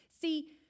See